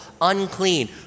unclean